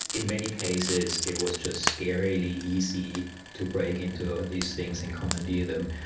in many cases it was just scarily easy to break into these things and commandeer them,